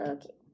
Okay